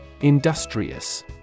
industrious